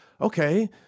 okay